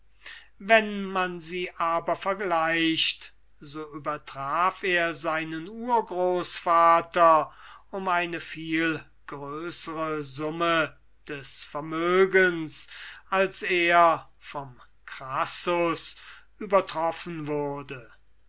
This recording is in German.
wenn man sie aber vergleicht so übertraf er seinen urgroßvater um eine viel größere summe als er vom crassus übertroffen wurde